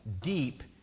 deep